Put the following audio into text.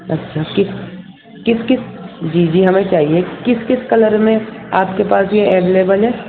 اچھا کس کس کس جی جی ہمیں چاہیے کس کس کلر میں آپ کے پاس یہ اویلیبل ہے